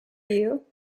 you